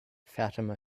fatima